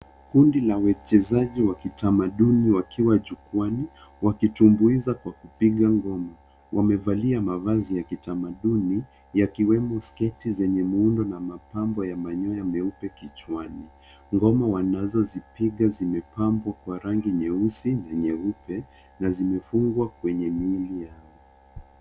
Kundi la wachezaji wa kitamaduni wakiwa jukwaani wakitumbuiza kwa kupiga ngoma. Wamevalia mavazi ya kitamaduni yakiwemo sketi zenye muundo na mapambo ya manyoya meupe kichwani. Ngoma wanazozipiga zimepambwa kwa rangi nyeusi na nyeupe na zimefungwa kwenye miili yao.